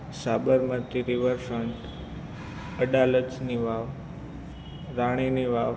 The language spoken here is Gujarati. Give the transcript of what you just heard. સાબરમતી રિવર ફ્રન્ટ અડાલજની વાવ રાણીની વાવ